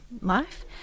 life